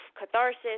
catharsis